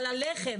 אבל על לחם,